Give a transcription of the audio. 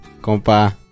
compa